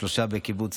שלושה שבועות,